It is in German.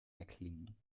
erklingen